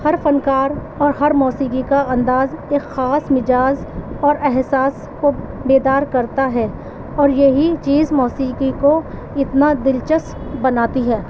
ہر فنکار اور ہر موسیقی کا انداز ایک خاص مزاج اور احساس کو بیدار کرتا ہے اور یہی چیز موسیقی کو اتنا دلچسپ بناتی ہے